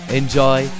enjoy